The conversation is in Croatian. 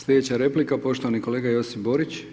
Sljedeća replika poštovani kolega Josip Borić.